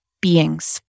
beings